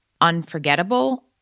unforgettable